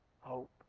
hope